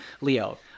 leo